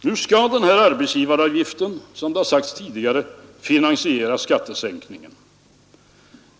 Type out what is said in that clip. Nu skall den här arbetsgivaravgiften, som det har sagts tidigare, finansiera skattesänkningen.